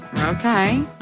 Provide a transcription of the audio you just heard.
Okay